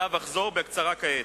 ועליו אחזור בקצרה כעת.